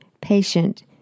patient